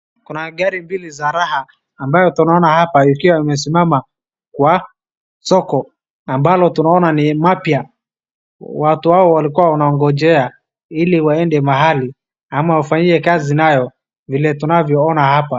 Kuna gari mbili za raha ambayo tunaona hapa ikiwa imesimama kwa soko ambalo tunaona ni mapya, watu wao walikua wanaongojea ili waende mahali ama wafanyie kazi nayo vile tunavyoona hapa.